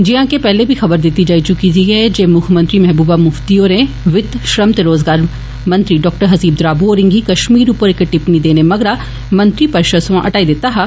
जियां के पैहले बी खबर दिती जाई चुकी दी ऐ जे मुक्खमंत्री महबूबा मुफ्ती होरे वित्त श्रम ते रोजगार मंत्री डाक्टर हसीब द्राबू होरें गी कष्मीर उप्पर इक टिप्पणी देने मगरा मंत्री परिशद सोया हटाई दिता हा